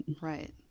right